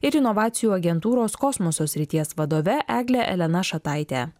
ir inovacijų agentūros kosmoso srities vadove egle elena šataite